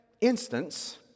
instance